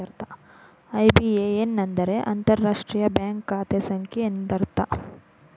IBAN ಅಂದರೆ ಅಂತರರಾಷ್ಟ್ರೀಯ bank ಖಾತೆ ಸಂಖ್ಯೆ ಎಂದರ್ಥ